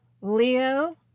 Leo